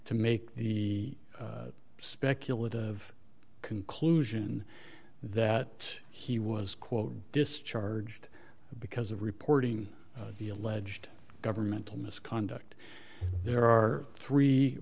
to make the speculative conclusion that he was quote discharged because of reporting the alleged governmental misconduct there are three